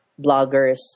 bloggers